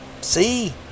See